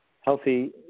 healthy